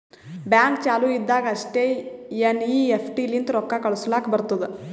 bank ಚಾಲು ಇದ್ದಾಗ್ ಅಷ್ಟೇ ಎನ್.ಈ.ಎಫ್.ಟಿ ಲಿಂತ ರೊಕ್ಕಾ ಕಳುಸ್ಲಾಕ್ ಬರ್ತುದ್